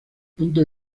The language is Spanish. punto